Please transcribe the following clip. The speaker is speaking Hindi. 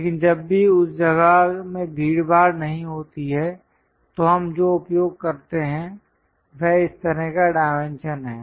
लेकिन जब भी उस जगह में भीड़भाड़ नहीं होती है तो हम जो उपयोग करते हैं वह इस तरह का डायमेंशन है